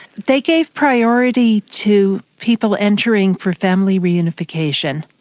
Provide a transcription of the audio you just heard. they gave priority to people entering for family reunification,